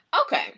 Okay